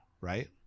right